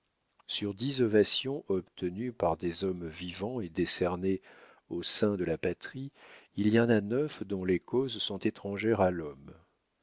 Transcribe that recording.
sur dix ovations obtenues par des hommes vivants et décernées au sein de la patrie il y en a neuf dont les causes sont étrangères à l'homme